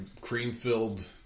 cream-filled